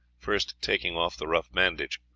first taking off the rough bandage.